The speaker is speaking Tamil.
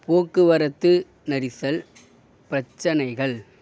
போக்குவரத்து நெரிசல் பிரச்சனைகள்